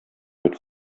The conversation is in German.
mit